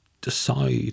decide